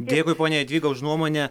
dėkui ponia jadvyga už nuomonę